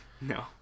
no